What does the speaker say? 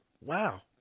wow